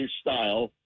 style